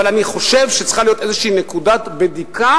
אבל אני חושב שצריכה להיות איזו נקודת בדיקה